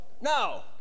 no